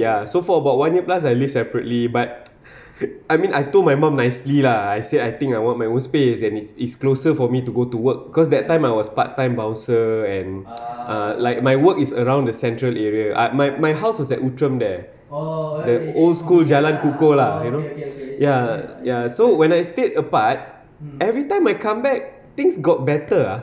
ya so for about one year plus I live separately but I mean I told my mum nicely lah I say I think I want my own space and it's it's closer for me to go to work cause that time I was part time bouncer and like my work is around the central area uh my my house was at outram there the old school jalan kukoh lah you know ya ya so when I stayed apart everytime I come back things got better ah